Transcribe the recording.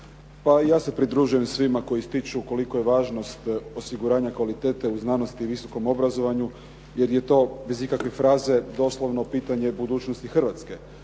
Pa ja se pridružujem svima koji ističu kolika je važnost osiguranja kvalitete u znanost i visokom obrazovanju, jer je to bez ikakve fraze, doslovno pitanje budućnosti Hrvatske.